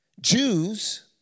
Jews